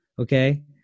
Okay